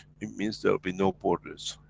it means their will be no borders.